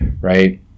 right